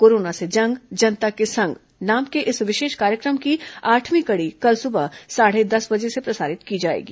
corona से जंग जनता के संग नाम के इस विशेष कार्य क्र म की आठवीं कड़ी कल सुबह साढ़े दस बजे से प्रसारित की जाएगी